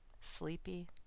sleepy